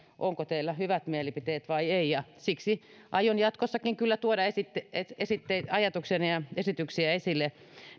onko teillä hyvät mielipiteet vai ei ja siksi aion jatkossakin kyllä tuoda ajatukseni ja esityksiä esille